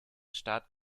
staat